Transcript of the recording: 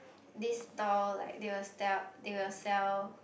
this stall like they will tell they will sell